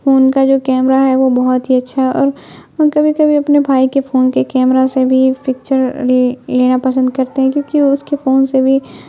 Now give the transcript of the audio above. phone کا جو camera ہے وہ بہت ہی اچھا ہے اور ہم کبھی کبھی اپنے بھائی کے فون کے کیمرہ سے بھی پکچر لینا پسند کرتے ہیں کیونکہ اس کے فون سے بھی